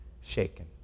shaken